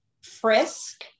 Frisk